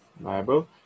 Bible